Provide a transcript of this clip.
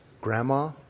grandma